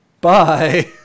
Bye